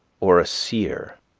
or a seer?